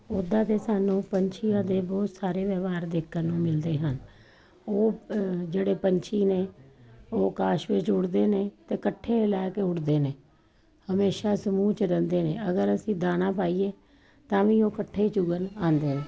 ਉੱਦਾਂ ਤਾਂ ਸਾਨੂੰ ਪੰਛੀਆਂ ਦੇ ਬਹੁਤ ਸਾਰੇ ਵਿਵਹਾਰ ਦੇਖਣ ਨੂੰ ਮਿਲਦੇ ਹਨ ਉਹ ਜਿਹੜੇ ਪੰਛੀ ਨੇ ਉਹ ਆਕਾਸ਼ ਵਿੱਚ ਉੱਡਦੇ ਨੇ ਅਤੇ ਇਕੱਠੇ ਲੈ ਕੇ ਉੱਡਦੇ ਨੇ ਹਮੇਸ਼ਾ ਸਮੂਹ 'ਚ ਰਹਿੰਦੇ ਨੇ ਅਗਰ ਅਸੀਂ ਦਾਣਾ ਪਾਈਏ ਤਾਂ ਵੀ ਉਹ ਇਕੱਠੇ ਚੁਗਣ ਆਂਉਦੇ ਨੇ